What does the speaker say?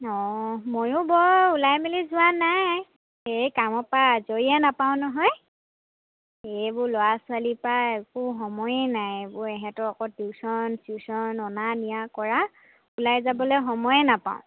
অঁ ময়ো বৰ ওলাই মেলি যোৱা নাই এই কামৰপৰা আজৰিয়ে নাপাওঁ নহয় এইবোৰ ল'ৰা ছোৱালীৰপৰা একো সময়েই নাই এইবোৰ এহেঁতৰ আকৌ টিউচন চিউচন অনা নিয়া কৰা ওলাই যাবলৈ সময়ে নাপাওঁ